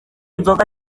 inzoga